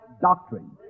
doctrine